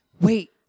Wait